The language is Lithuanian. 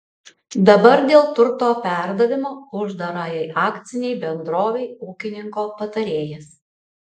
dabar dėl turto perdavimo uždarajai akcinei bendrovei ūkininko patarėjas